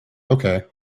okay